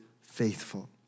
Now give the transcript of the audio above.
faithful